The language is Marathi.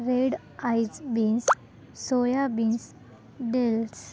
red ice beans soya beans dells